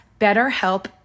BetterHelp